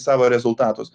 savo rezultatus